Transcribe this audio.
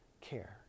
care